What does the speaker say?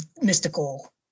mystical